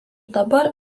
dabar